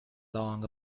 long